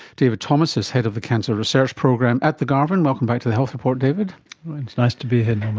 david thomas is head of the cancer research program at the garvan. welcome back to the health report, david. it's nice to be here, um